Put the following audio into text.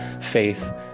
faith